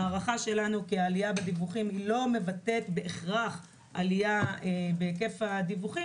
ההערכה שלנו כי העלייה בדיווחים לא מבטאת בהכרח עלייה בהיקף הדיווחים,